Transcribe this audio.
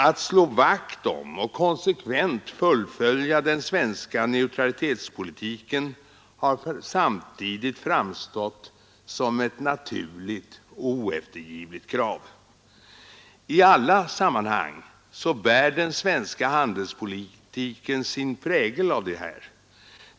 Att slå vakt om och konsekvent fullfölja den svenska neutralitetetspolitiken har samtidigt framstått som ett naturligt och oeftergivligt krav. I alla sammanhang bär den svenska handelspolitiken sin prägel av detta.